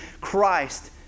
Christ